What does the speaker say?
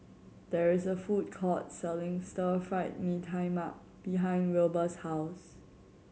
there is a food court selling Stir Fried Mee Tai Mak behind Wilber's house